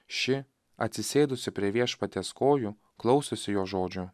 ši atsisėdusi prie viešpaties kojų klausosi jo žodžių